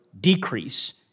decrease